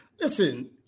Listen